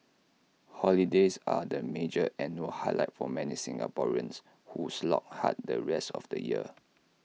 holidays are the major annual highlight for many Singaporeans who slog hard the rest of the year